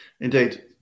indeed